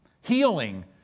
Healing